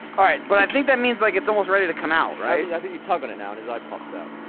alright, but i think that means like, it's almost ready to come out, right? i think you tug on it now and his eye pops out